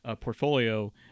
portfolio